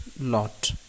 lot